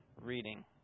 reading